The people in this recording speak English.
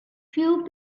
few